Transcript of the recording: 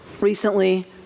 recently